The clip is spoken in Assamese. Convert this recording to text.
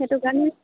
সেইটো কাৰণে